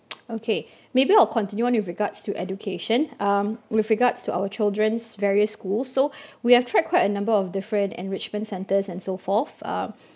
okay maybe I'll continue on with regards to education um with regards to our children's various schools so we have tried quite a number of different enrichment centres and so forth uh